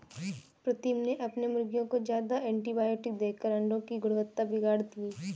प्रीतम ने अपने मुर्गियों को ज्यादा एंटीबायोटिक देकर अंडो की गुणवत्ता बिगाड़ ली